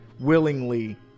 willingly